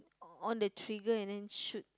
on the trigger and then shoot